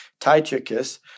Tychicus